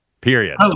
period